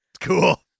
Cool